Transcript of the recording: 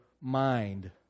mind